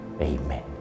Amen